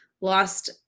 lost